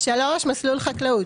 מסלול חקלאות,